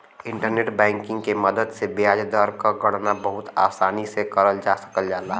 internet banking के मदद से ब्याज दर क गणना बहुत आसानी से करल जा सकल जाला